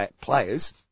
players